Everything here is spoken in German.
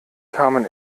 kamen